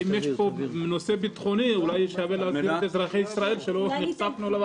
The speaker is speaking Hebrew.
אם יש פה נושא ביטחוני שלא נחשפנו אליו